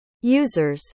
users